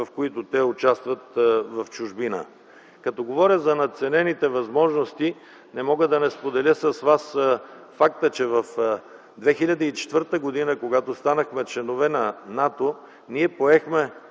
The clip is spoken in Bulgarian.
в които те участват в чужбина. Като говоря за надценените възможности, не мога да не споделя с вас факта, че през 2004 г., когато станахме членове на НАТО, ние поехме